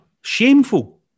Shameful